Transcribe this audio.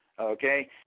okay